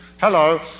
Hello